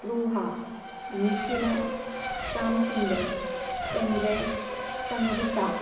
Spruha Mithila Shyam Sundar Sanjay Sangeeta